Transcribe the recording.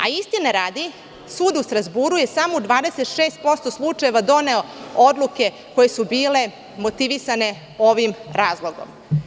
Istine radi, sud u Strazburu je samo u 26% slučajeva doneo odluke koje su bile motivisane ovim razlogom.